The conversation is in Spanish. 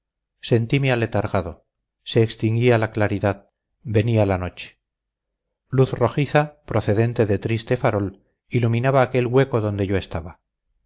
sentime aletargado se extinguía la claridad venía la noche luz rojiza procedente de triste farol iluminaba aquel hueco donde yo estaba